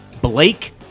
Blake